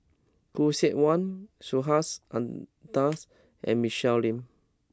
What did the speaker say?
Khoo Seok Wan Subhas Anandan's and Michelle Lim